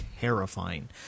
terrifying